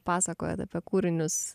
pasakojot apie kūrinius